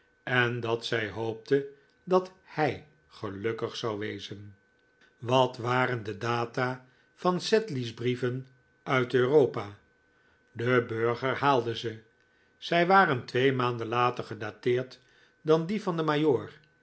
en dat zij hoopte dat hij gelukkig zou wezen wat waren de data van sedley's brieven uit europa de burger haalde ze zij waren twee maanden later gedateerd dan die van den